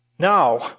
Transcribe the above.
now